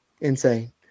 Insane